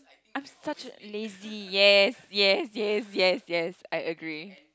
I'm such a lazy yes yes yes yes yes I agree